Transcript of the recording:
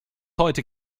heute